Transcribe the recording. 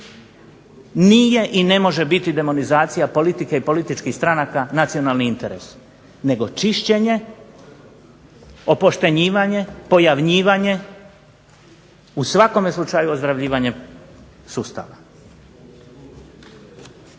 Nije i ne može biti demonizacija politike i političkih stranaka nacionalni interes, nego čišćenje, opoštenjivanje, pojavnjivanje, u svakome slučaju ozdravljivanje sustava.